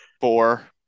four